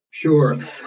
Sure